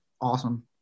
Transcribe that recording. awesome